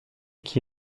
qui